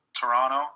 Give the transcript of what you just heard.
Toronto